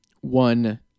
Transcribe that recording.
one